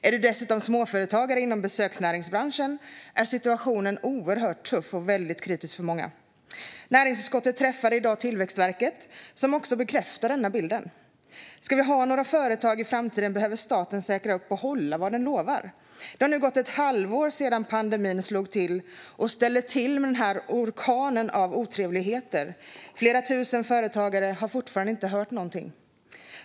Är du dessutom småföretagare inom besöksnäringen är situationen oerhört tuff - för många är den kritisk. Näringsutskottet träffade i dag Tillväxtverket, som också bekräftar denna bild. Ska vi ha några företag i framtiden behöver staten säkra upp och hålla vad den lovar. Det har nu gått ett halvår sedan pandemin slog till och ställde till med den här orkanen av otrevligheter. Flera tusen företagare har fortfarande inte hört någonting.